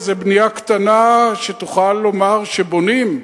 איזו בנייה קטנה שתוכל לומר שבונים?